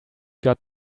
got